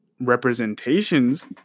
representations